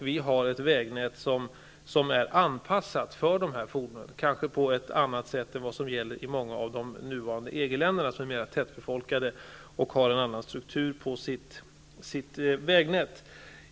Vårt vägnät är anpassat till långa fordon på ett annat sätt än vad som kanske är fallet i många av de nuvarande EG-länderna, som är mera tättbefolkade och har en annan struktur på sina vägnät.